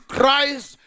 Christ